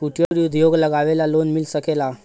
कुटिर उद्योग लगवेला लोन मिल सकेला?